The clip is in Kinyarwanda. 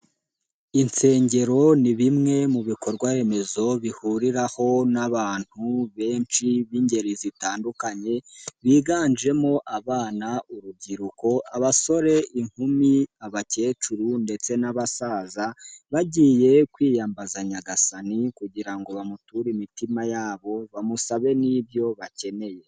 Insengero ni bimwe mu bikorwa remezo bihuriraho n'abantu benshi b'ingeri zitandukanye biganjemo abana, urubyiruko, abasore, inkumi, abakecuru ndetse n'abasaza bagiye kwiyambaza Nyagasani kugira ngo bamuture imitima yabo bamusabe n'ibyo bakeneye.